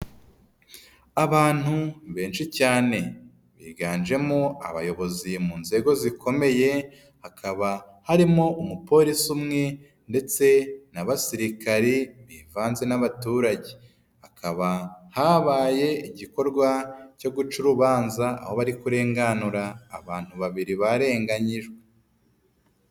Abantu benshi cyane, biganjemo abayobozi mu nzego zikomeye, hakaba harimo umuporisi umwe, ndetse n'abasirikari bivanze n'abaturageba. Habaye igikorwa cyo guca urubanza aho bari kurenganura abantu babiri barenganyijwe.